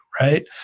right